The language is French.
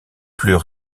plus